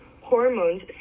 hormones